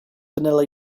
vanilla